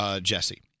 Jesse